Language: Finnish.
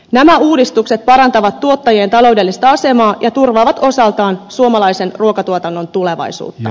nämä uudistukset parantavat tuottajien taloudellista asemaa ja turvaavat osaltaan suomalaisen ruokatuotannon tulevaisuutta